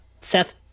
Seth